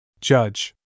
Judge